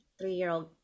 three-year-old